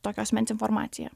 tokio asmens informaciją